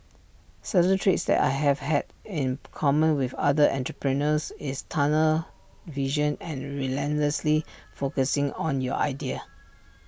certain traits that I have had in common with other entrepreneurs is tunnel vision and relentlessly focusing on your idea